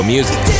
Music